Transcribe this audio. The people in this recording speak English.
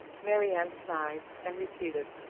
marianne sighed, and repeated,